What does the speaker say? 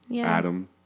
Adam